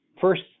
First